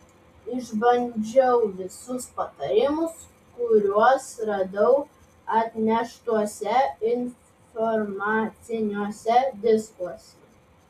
išbandžiau visus patarimus kuriuos radau atneštuose informaciniuose diskuose